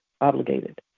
Obligated